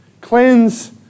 Cleanse